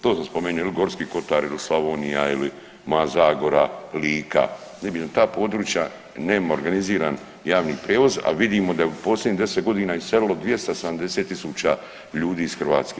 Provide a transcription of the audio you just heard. To sam spomenuo ili Gorski Kotar, ili Slavonija, ili moja Zagora, Lika ta područja nemaju organizirani javni prijevoz, a vidimo da je u posljednjih 10 godina iselilo 270 tisuća ljudi iz Hrvatske.